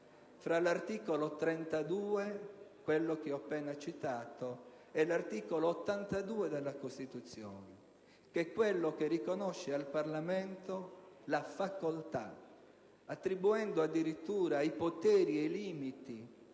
fra l'articolo 32, che ho appena citato, e l'articolo 82 della Costituzione, che riconosce al Parlamento la facoltà, attribuendogli addirittura i poteri e i limiti